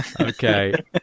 Okay